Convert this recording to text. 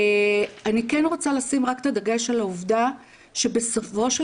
אני רוצה לשים את הדגש על העובדה שבסופו של